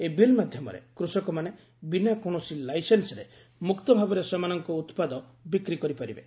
ଏହି ବିଲ୍ ମାଧ୍ୟମରେ କୃଷକମାନେ ବିନା କୌଣସି ଲାଇସେନ୍ସରେ ମୁକ୍ତଭାବରେ ସେମାନଙ୍କ ଉତ୍ପାଦ ବିକ୍ରି କରିପାରିବେ